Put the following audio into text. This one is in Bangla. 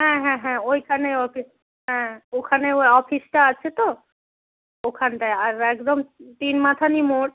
হ্যাঁ হ্যাঁ হ্যাঁ ওইখানে অফিস হ্যাঁ ওখানে ওয় অফিসটা আছে তো ওখানটায় আর একদম তিন মাথানি মোড়